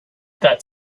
that